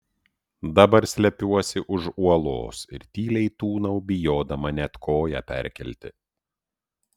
dabar slepiuosi už uolos ir tyliai tūnau bijodama net koją perkelti